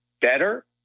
better